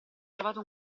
trovato